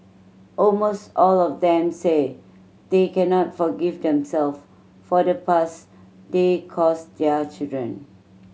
almost all of them say they cannot forgive themself for the purse they cause their children